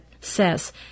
says